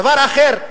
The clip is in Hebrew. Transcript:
דבר אחר,